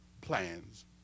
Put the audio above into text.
plans